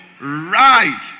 Right